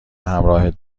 همراهت